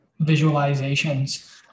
visualizations